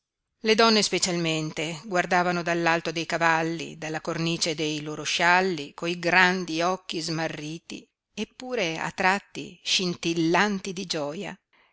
le donne specialmente guardavano dall'alto dei cavalli dalla cornice dei loro scialli coi grandi occhi smarriti eppure a tratti scintillanti di gioia